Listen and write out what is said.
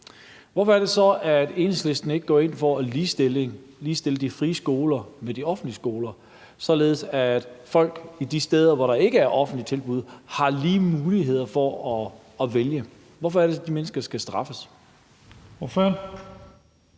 Hvorfor er det så, at Enhedslisten ikke går ind for at ligestille de frie skoler med de offentlige skoler, således at folk de steder, hvor der ikke er offentlige tilbud, har lige muligheder for at vælge? Hvorfor skal de mennesker straffes? Kl.